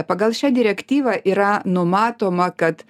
pagal šią direktyvą yra numatoma kad